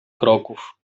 kroków